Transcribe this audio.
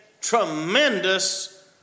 tremendous